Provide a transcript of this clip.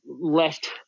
left